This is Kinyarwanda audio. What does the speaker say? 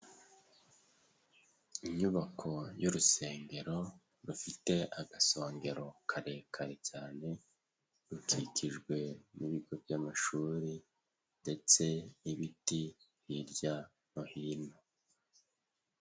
Inyubako y'urusengero rufite agasongero karekare cyane rukikijwe n'ibigo by'amashuri ndetse n'ibiti hirya no hino.